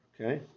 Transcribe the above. Okay